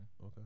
Okay